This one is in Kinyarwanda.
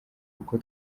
kuko